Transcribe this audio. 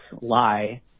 lie